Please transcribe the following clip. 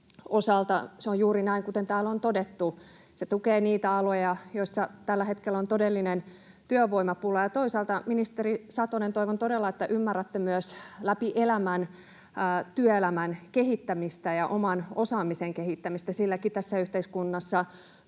Se on juuri näin, kuten täällä on todettu. Se tukee niitä aloja, joissa tällä hetkellä on todellinen työvoimapula. Ja toisaalta, ministeri Satonen, toivon todella, että ymmärrätte myös läpi elämän työelämän kehittämistä ja oman osaamisen kehittämistä. Silläkin tässä yhteiskunnassa